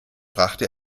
brachte